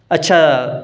अच्छा